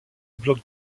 blocs